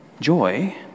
joy